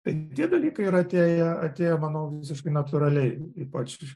tai tie dalykai yra atėję atėję manau visiškai natūraliai ypač